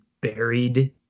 buried